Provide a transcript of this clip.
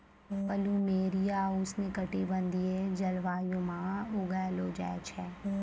plumeria उष्ण कटिबंधीय जलवायु म उगैलो जाय छै